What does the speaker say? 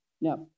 Now